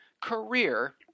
career